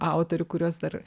autorių kuriuos dar